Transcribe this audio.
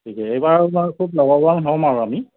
ঠিকে এইবাৰ মানে খুব লাভৱান হ'ম আৰু আমি